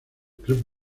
club